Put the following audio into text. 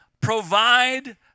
provide